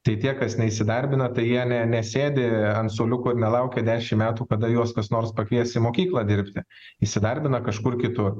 tai tie kas neįsidarbina tai jie ne nesėdi ant suoliuko ir nelaukia dešimt metų kada juos kas nors pakvies į mokyklą dirbti įsidarbina kažkur kitur